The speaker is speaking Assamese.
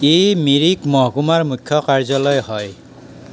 ই মিৰিক মহকুমাৰ মুখ্য কাৰ্যালয় হয়